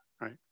right